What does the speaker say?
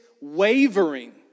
wavering